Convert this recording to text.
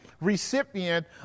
recipient